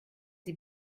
sie